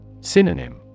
Synonym